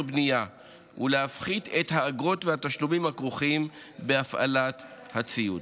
בנייה ולהפחית את האגרות והתשלומים הכרוכים בהפעלת הציוד.